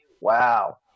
Wow